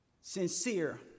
sincere